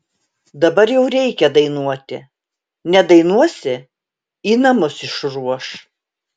dabar jau reikia dainuoti nedainuosi į namus išruoš